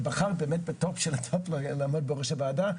ובחרת באמת בטופ של הטופ לעמוד בראש הוועדה,